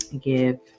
give